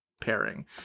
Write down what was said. pairing